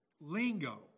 lingo